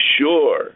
sure